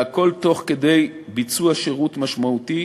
והכול תוך ביצוע שירות משמעותי